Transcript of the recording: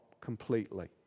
completely